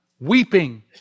weeping